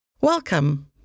Welcome